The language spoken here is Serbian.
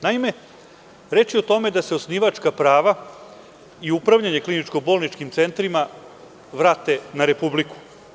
Naime, reč je o tome da se osnivačka prava i upravljanje kliničko-bolničkim centrima vrate na Republike.